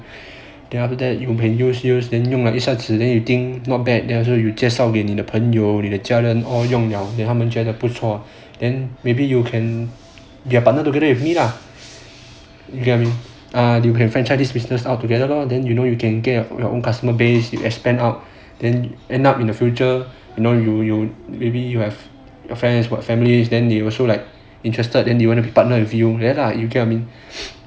then after that you can use use then 用了一下子 then you think not bad then after that you 介绍给你的朋友你的家人 all then 用了他们觉得不错 then maybe you can then they are partnered together with me lah then he ask me err we can franchise this business out together lor then you know you can get your own customer base you expand out then end up in the future you know you you maybe your friend your families then they will show like interested and you want to partner with you there lah you get what I mean